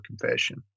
confession